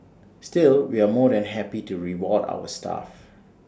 still we are more than happy to reward our staff